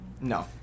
No